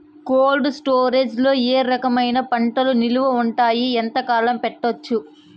Cold storage లో ఏ రకమైన పంటలు నిలువ ఉంటాయి, ఎంతకాలం పెట్టొచ్చు?